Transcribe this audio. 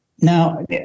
Now